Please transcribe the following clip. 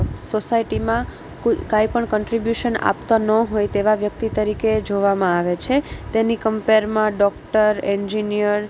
સોસાયટીમાં કાંઈપણ કન્ટ્રીબ્યુશન આપતાં ન હોય તેવાં વ્યક્તિ તરીકે જોવામાં આવે છે તેની કમ્પેરમાં ડોક્ટર એન્જિનીયર